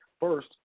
First